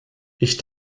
ich